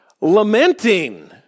lamenting